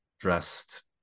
dressed